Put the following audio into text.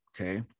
Okay